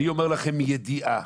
אני אומר לכם מידיעה,